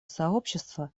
сообщества